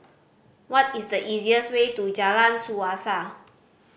what is the easiest way to Jalan Suasa